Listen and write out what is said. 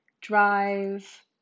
drive